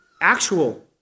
actual